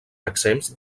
exempts